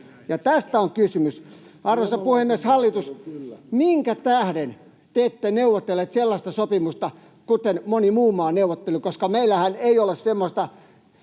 tästä on kysymys. Arvoisa puhemies! Hallitus, minkä tähden te ette neuvotelleet sellaista sopimusta jollaisen moni muu maa neuvotteli,